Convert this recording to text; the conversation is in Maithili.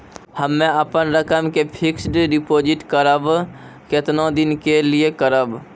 हम्मे अपन रकम के फिक्स्ड डिपोजिट करबऽ केतना दिन के लिए करबऽ?